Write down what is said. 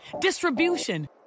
distribution